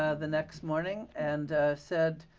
ah the next morning and said,